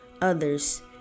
others